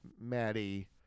maddie